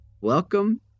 Welcome